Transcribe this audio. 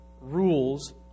rules